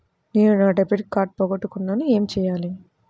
నేను నా debit card పోగొట్టుకున్నాను ఏమి చేయాలి?